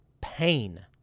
pain